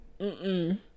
mm-mm